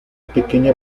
pequeña